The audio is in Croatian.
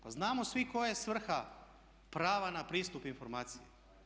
Pa znamo svi koja je svrha prava na pristup informacijama.